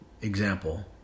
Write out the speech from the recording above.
example